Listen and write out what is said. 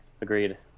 Agreed